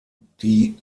die